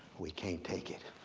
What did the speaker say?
we can't take it.